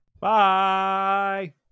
Bye